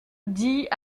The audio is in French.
dit